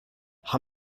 how